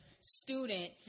student